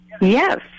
Yes